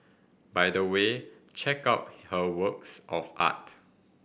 by the way check out her works of art